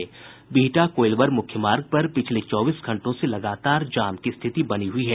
बिहटा कोईलवर मुख्य मार्ग पर पिछले चौबीस घंटों से लगातार जाम की स्थिति बनी हुई है